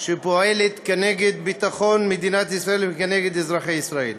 שפועלת כנגד ביטחון מדינת ישראל וכנגד אזרחי ישראל.